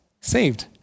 saved